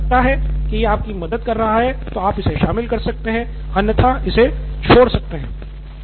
यदि आपको लगता है कि यह आपकी मदद कर रहा है तो आप इसे शामिल कर सकते हैं अन्यथा इसे छोड़ सकते है